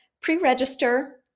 pre-register